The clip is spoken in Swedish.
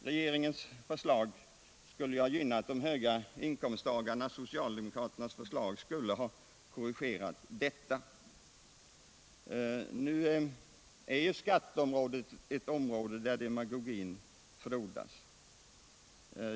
Regeringens förslag påstås ju ha gynnat höginkomsttagarna, medan socialdemokraternas förslag skulle ha korrigerat detta. Beskattningen hör ju till ett område där demagogin frodas.